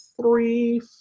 three